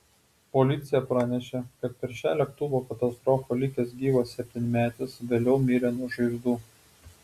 policija pranešė kad per šią lėktuvo katastrofą likęs gyvas septynmetis vėliau mirė nuo žaizdų